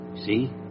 See